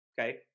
Okay